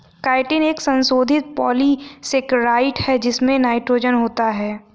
chitin एक संशोधित polysaccharide है जिसमें नाइट्रोजन होता है